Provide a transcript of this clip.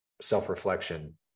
self-reflection